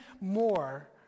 more